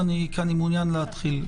אני מעוניין להתחיל,